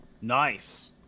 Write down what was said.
nice